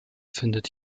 findet